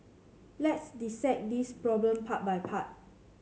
let's dissect this problem part by part